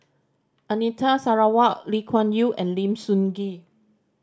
Anita Sarawak Lee Kuan Yew and Lim Sun Gee